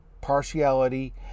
partiality